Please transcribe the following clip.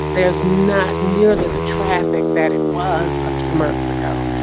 there's not nearly the traffic that it was a few months ago.